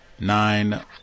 nine